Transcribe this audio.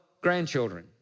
grandchildren